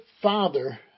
father